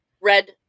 red